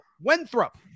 Winthrop